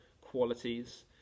qualities